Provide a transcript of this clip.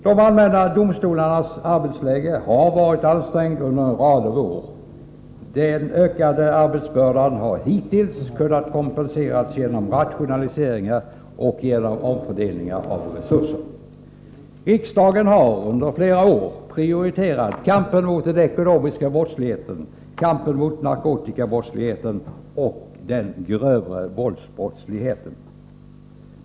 De allmänna domstolarnas arbetsläge har varit ansträngt under en rad av år. Den ökade arbetsbördan har hittills kunnat kompenseras genom rationaliseringar och genom omfördelning av resurser. Riksdagen har under flera år prioriterat kampen mot den ekonomiska brottsligheten, narkotikabrottsligheten och den grövre våldsbrottsligheten.